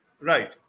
Right